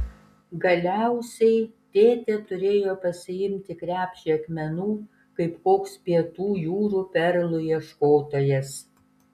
galiausiai tėtė turėjo pasiimti krepšį akmenų kaip koks pietų jūrų perlų ieškotojas